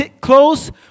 close